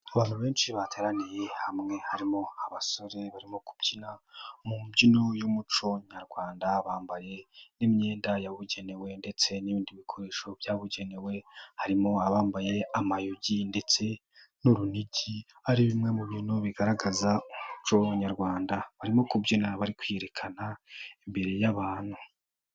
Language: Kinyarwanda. Abantu benshi bateraniye hamwe, harimo abasore barimo kubyina mu mbyino y'umuco nyarwanda, bambaye n'imyenda yabugenewe ndetse n'ibindi bikoresho byabugenewe harimo abambaye amayugi ndetse n'urunigi. Ari bimwe mu bintu bigaragaza umuco nyarwanda. Barimo kubyina, bari kwiyerekana imbere y'abantu.